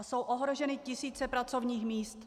Jsou ohroženy tisíce pracovních míst.